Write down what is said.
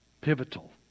Pivotal